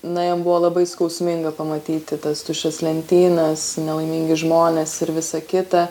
na jam buvo labai skausminga pamatyti tas tuščias lentynas nelaimingi žmonės ir visa kita